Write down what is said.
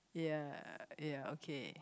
ya ya okay